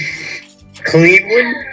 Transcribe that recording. Cleveland